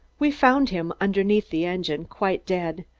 we found him underneath the engine, quite dead,